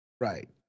Right